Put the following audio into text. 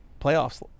playoffs